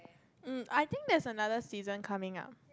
mm I think there is another season coming up